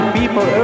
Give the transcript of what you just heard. people